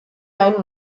nine